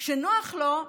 כשנוח לו,